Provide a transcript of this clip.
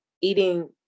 eating